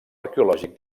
arqueològic